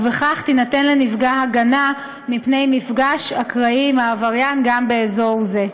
ובכך תינתן לנפגע הגנה מפני מפגש אקראי עם העבריין גם באזור זה.